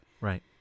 Right